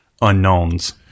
unknowns